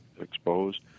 exposed